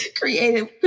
Creative